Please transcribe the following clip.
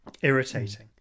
irritating